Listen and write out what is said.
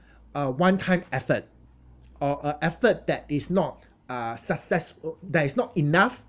a one time effort or a effort that is not uh success~ that is not enough